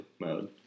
mode